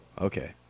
okay